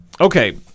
okay